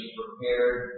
prepared